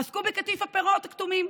עסקו בקטיף הפירות הכתומים.